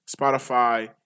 Spotify